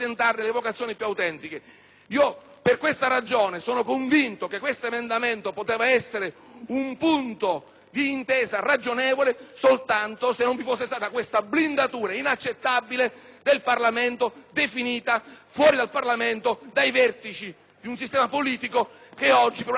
Per questa ragione, sono convinto che l'emendamento 1.122 poteva essere un punto di intesa ragionevole, se soltanto non vi fosse stata questa blindatura inaccettabile del Parlamento, definita fuori di esso dai vertici di un sistema politico che oggi, almeno per una parte, entra in crisi.